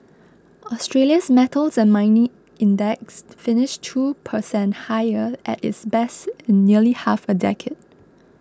Australia's metals and mining index finished two per cent higher at its best in nearly half a decade